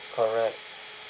correct